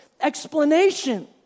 explanation